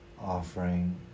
offering